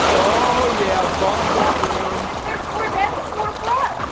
oh yeah, bunk bed room. there's four beds, four for us.